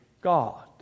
God